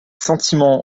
sentiments